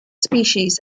species